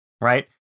right